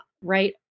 right